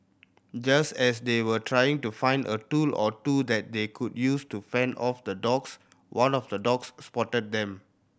just as they were trying to find a tool or two that they could use to fend off the dogs one of the dogs spotted them